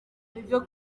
nibyo